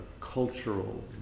cultural